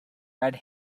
red